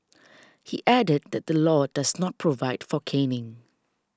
he added that the law does not provide for caning